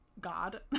God